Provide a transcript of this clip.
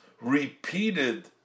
repeated